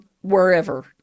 wherever